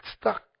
stuck